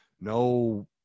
no